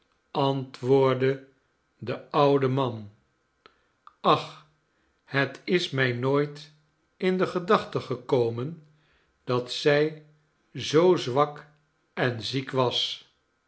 antwoordde de oude man ach het is mij nooit in de gedachte gekomen dat zij zoo zwak en ziek was